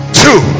two